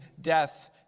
death